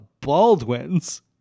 Baldwins